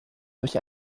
durch